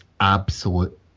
absolute